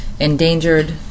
endangered